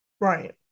Right